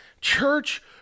Church